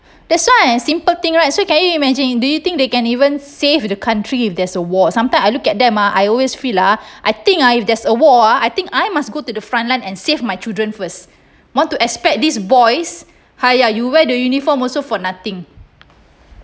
that's why simple thing right so can you imagine do you think they can even save the country if there's a war sometime I look at them ah I always feel ah I think ah if there's a war ah I think I must go to the frontline and save my children first want to expect these boys !haiya! you wear the uniform also for nothing